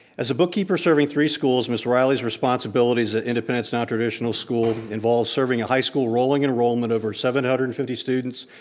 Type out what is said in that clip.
as a bookkeeper serving three schools, miss riley's responsibilities at independence non-traditional school involves serving a high school rolling enrollment of over seven hundred and fifty students,